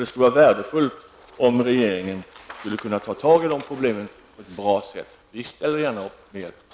Det skulle vara värdefullt om regeringen kunde ta tag i detta på ett bra sätt. Vi ställer gärna upp och hjälper till.